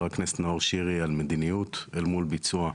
הכנסת נאור שירי על מדיניות אל מול ביצוע,